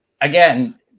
again